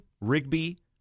Rigby